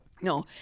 No